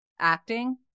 acting